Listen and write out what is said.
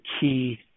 key